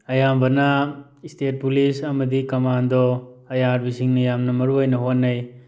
ꯑꯌꯥꯝꯕꯅ state police ꯑꯃꯗꯤ commando ꯑꯩ ꯌꯥꯔ ꯕꯤꯁꯤꯡꯅ ꯌꯥꯝꯅ ꯃꯔꯨꯑꯣꯏꯅ ꯍꯣꯠꯅꯩ